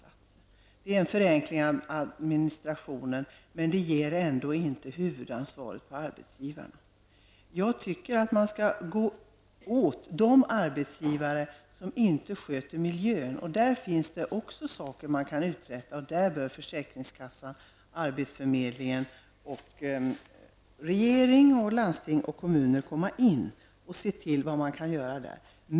Men det kunde gälla fler. Det handlar alltså om en förenkling av administrationen. Men det innebär ändå att huvudansvaret inte behöver ligga på arbetsgivarna. Jag tycker att man skall ta itu med de arbetsgivare som inte sköter miljön. Också på detta område finns det alltså saker att uträtta. Där bör försäkringskassorna, arbetsförmedlingarna, regeringen, landstingen och kommunerna undersöka vad som kan göras.